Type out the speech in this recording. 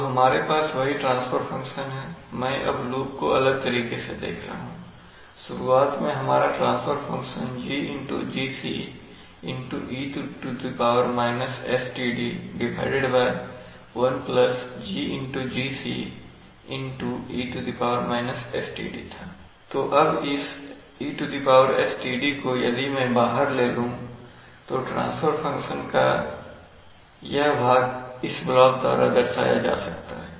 तो हमारे पास वही ट्रांसफर फंक्शन है मैं अब लूप को अलग तरीके से देख रहा हूं शुरुआत में हमारा transfer function GGc e sTd1GGc e sTd था तो अब इस e sTd को यदि मैं बाहर ले लूं तो ट्रांसफर फंक्शन का यह भाग इस ब्लॉक द्वारा दर्शाया जा सकता है